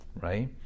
right